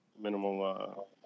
minimal